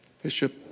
Bishop